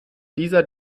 dieser